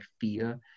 fear